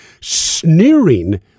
sneering